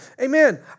Amen